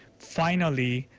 finally,